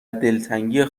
دلتنگی